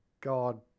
God